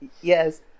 Yes